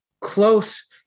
close